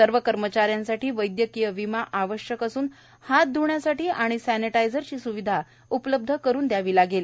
सर्व कर्मचाऱ्यांसाठी वैद्यकीय विमा आवश्यक असून हात ध्ण्यासाठी आणि सॅनिटायझरची स्विधा उपलब्ध करावी लागेल